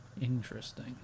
interesting